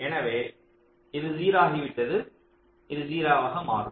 எனவே இது 0 ஆகிவிட்டது இது 0 ஆக மாறும்